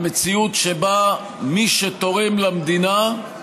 המציאות שבה מי שתורם למדינה,